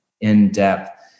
in-depth